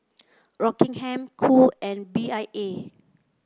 Rockingham Qoo and B I A